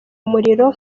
umuriro